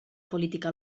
política